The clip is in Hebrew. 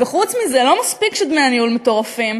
וחוץ מזה, לא מספיק שדמי הניהול מטורפים,